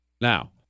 Now